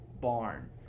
barn